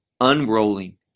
unrolling